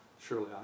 Surely